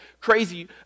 crazy